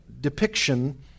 depiction